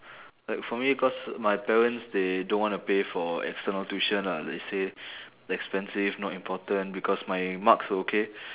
like for me cause my parents they don't wanna pay for external tuition lah they say expensive not important because my marks were okay